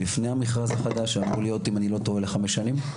לפני המכרז החדש שאמור להיות אם אני לא טועה לחמש שנים.